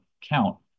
count